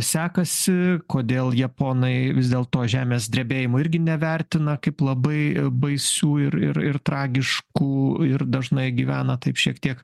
sekasi kodėl japonai vis dėl to žemės drebėjimų irgi nevertina kaip labai baisų ir ir tragiškų ir dažnai gyvena taip šiek tiek